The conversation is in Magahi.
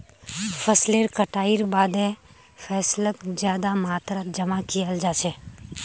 फसलेर कटाईर बादे फैसलक ज्यादा मात्रात जमा कियाल जा छे